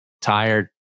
tired